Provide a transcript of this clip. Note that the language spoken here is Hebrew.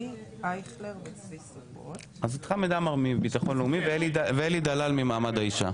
חמד עמאר מביטחון לאומי, ואת אלי דלל ממעמד האישה.